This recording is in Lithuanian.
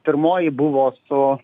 pirmoji buvo su